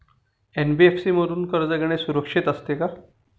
NBFC मधून कर्ज घेणे सुरक्षित असते का?